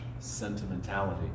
sentimentality